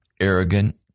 arrogant